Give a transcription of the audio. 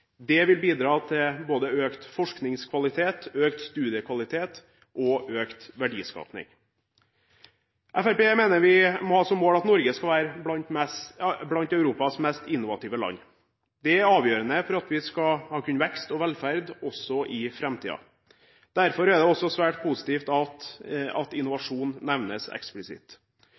Det vil bidra til både økt forskningskvalitet, økt studiekvalitet og økt verdiskapning. Fremskrittspartiet mener at vi må ha som mål at Norge skal være blant Europas mest innovative land. Det er avgjørende for at vi skal kunne ha vekst og velferd også i framtiden. Derfor er det også svært positivt at innovasjon nevnes eksplisitt.